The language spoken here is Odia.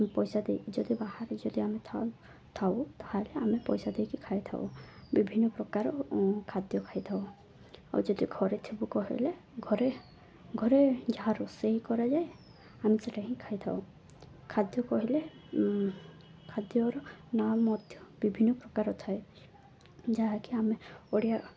ପଇସା ଦେଇ ଯଦି ବାହାରେ ଯଦି ଆମେ ଥାଉ ତା'ହେଲେ ଆମେ ପଇସା ଦେଇକି ଖାଇଥାଉ ବିଭିନ୍ନ ପ୍ରକାର ଖାଦ୍ୟ ଖାଇଥାଉ ଆଉ ଯଦି ଘରେ ଥିବୁ କହିଲେ ଘରେ ଘରେ ଯାହା ରୋଷେଇ କରାଯାଏ ଆମେ ସେଟା ହିଁ ଖାଇଥାଉ ଖାଦ୍ୟ କହିଲେ ଖାଦ୍ୟର ନାଁ ମଧ୍ୟ ବିଭିନ୍ନ ପ୍ରକାର ଥାଏ ଯାହାକି ଆମେ ଓଡ଼ିଆ